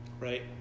Right